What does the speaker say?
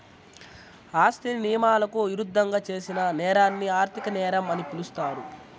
ఆస్తిని నియమాలకు ఇరుద్దంగా చేసిన నేరాన్ని ఆర్థిక నేరం అని పిలుస్తారు